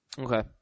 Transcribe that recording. Okay